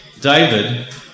David